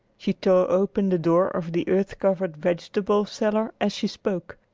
she tore open the door of the earth-covered vegetable cellar as she spoke,